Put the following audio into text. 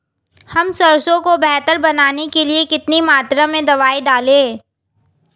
हम सरसों को बेहतर बनाने के लिए कितनी मात्रा में दवाई डालें?